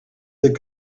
that